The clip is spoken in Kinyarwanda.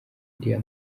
iriya